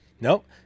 Nope